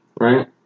Right